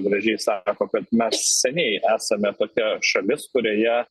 gražiai sako kad mes seniai esame tokia šalis kurioje